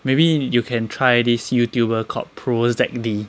maybe you can try this Youtuber called prozd